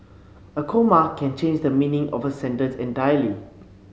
a comma can change the meaning of a sentence entirely